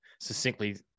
succinctly